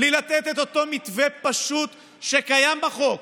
בלי לתת את אותו מתווה פשוט שקיים בחוק,